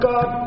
God